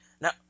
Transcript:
Now